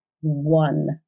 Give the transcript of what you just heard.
one